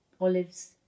Olives